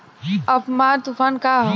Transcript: Amphan तुफान का ह?